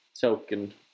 token